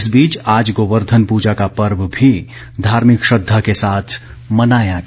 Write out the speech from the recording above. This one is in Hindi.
इस बीच आज गोवर्धन पूजा का पर्व भी धार्मिक श्रद्धा के साथ मनाया गया